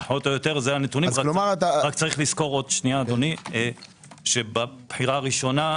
כן, רק יש לזכור בבחירה הראשונה,